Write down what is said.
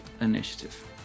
initiative